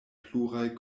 pluraj